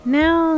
now